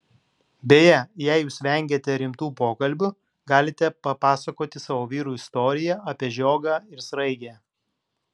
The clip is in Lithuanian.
beje jei jūs vengiate rimtų pokalbių galite papasakoti savo vyrui istoriją apie žiogą ir sraigę